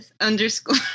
underscore